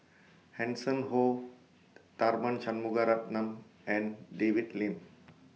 Hanson Ho Tharman Shanmugaratnam and David Lim